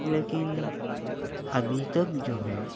لیکن ابھی تک جو ہے